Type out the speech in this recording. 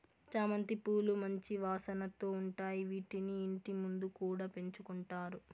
చామంతి పూలు మంచి వాసనతో ఉంటాయి, వీటిని ఇంటి ముందు కూడా పెంచుకుంటారు